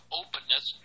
openness